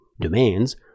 domains